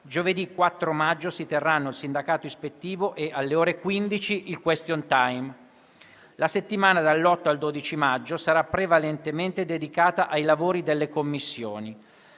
Giovedì 4 maggio si terranno il sindacato ispettivo e, alle ore 15, il *question time*. La settimana dall'8 al 12 maggio sarà prevalentemente dedicata ai lavori delle Commissioni.